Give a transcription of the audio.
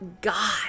God